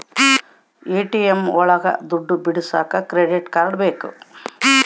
ATM ಒಳಗ ದುಡ್ಡು ಬಿಡಿಸೋಕೆ ಕ್ರೆಡಿಟ್ ಕಾರ್ಡ್ ಬೇಕು